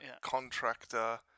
contractor